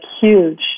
huge